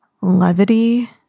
levity